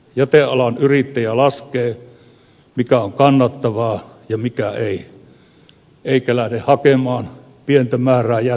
jätealan yrittäjä laskee mikä on kannattavaa ja mikä ei eikä lähde hakemaan pientä määrää jätteitä kaukaa